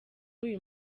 uyu